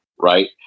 right